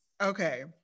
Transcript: okay